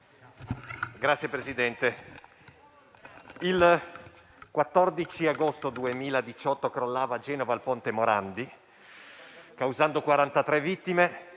Signor Presidente, il 14 agosto 2018 crollava a Genova il ponte Morandi, causando 43 vittime,